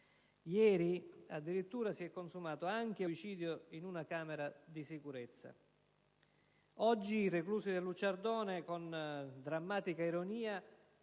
si è addirittura consumato un suicidio in una camera di sicurezza. Oggi i reclusi dell'Ucciardone, con tragica ironia,